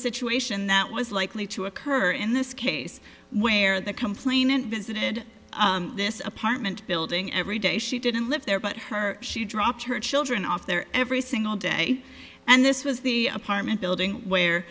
situation that was likely to occur in this case where the complainant visited this apartment building every day she didn't live there but her she dropped her children off there every single day and this was the apartment building where